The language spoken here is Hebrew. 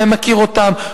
מכיר אותם,